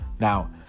Now